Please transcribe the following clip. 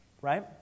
right